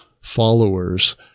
followers